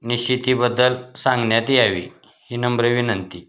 निश्चितीबद्दल सांगण्यात यावी ही नम्र विनंती